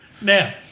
Now